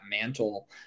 mantle